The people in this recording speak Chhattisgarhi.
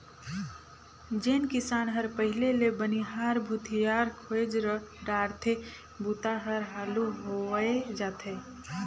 जेन किसान हर पहिले ले बनिहार भूथियार खोएज डारथे बूता हर हालू होवय जाथे